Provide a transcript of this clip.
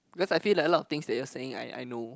cause I feel like a lot of things that you are saying I I know